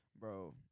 Bro